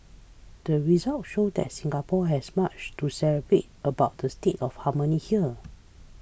the results show that Singapore has much to celebrate about the state of harmony here